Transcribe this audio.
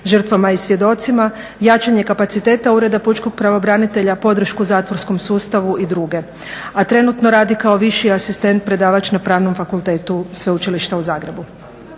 žrtvama i svjedocima, jačanje kapaciteta Ureda pučkog pravobranitelja, podršku zatvorskom sustavu i druge, a trenutno radi kao viši asistent predavač na Pravnom fakultetu Sveučilišta u Zagrebu.